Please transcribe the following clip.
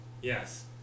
Yes